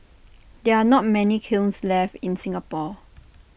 there are not many kilns left in Singapore